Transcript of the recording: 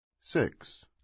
Six